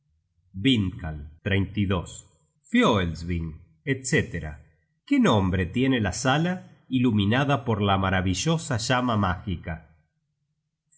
el combate vindkal fioelsving etc qué nombre tiene la sala iluminada por la maravillosa llama mágica